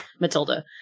Matilda